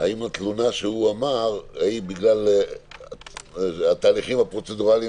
התלונה שהוא אמר היא בגלל התהליכים הפרוצדורליים